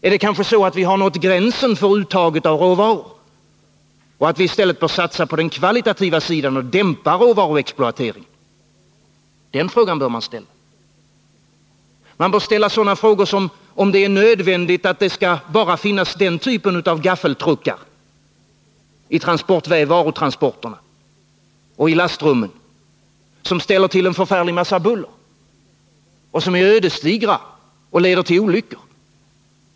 Är det kanske så att vi har nått gränsen för uttaget av råvaror och att vi i stället bör satsa på den kvalitativa sidan och dämpa råvaruexploateringen? Man bör också ställa sådana frågor som dessa: Är det nödvändigt att det bara skall finnas den typen av gaffeltruckar i varutransporterna och i lastrummen som ställer till en förfärlig massa buller och som är ödesdigra och leder till olyckor?